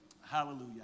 Hallelujah